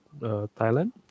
Thailand